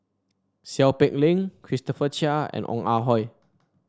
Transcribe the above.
Seow Peck Leng Christopher Chia and Ong Ah Hoi